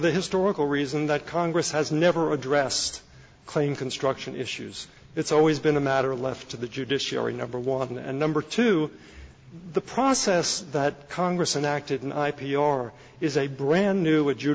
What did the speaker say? the historical reason that congress has never addressed claim construction issues it's always been a matter left to the judiciary number one and number two the process that congress and acted in i p r is a brand new a